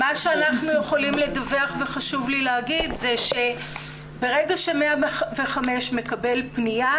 מה שאנחנו יכולים לדווח וחשוב לי לומר זה שברגע ש-105 מקבל פנייה,